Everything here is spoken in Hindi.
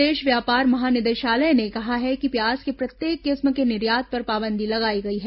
विदेश व्यापार महानिदेशालय ने कहा कि प्याज के प्रत्येक किस्म के निर्यात पर पाबंदी लगायी गयी है